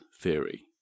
theory